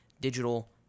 digital